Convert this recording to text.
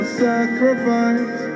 sacrifice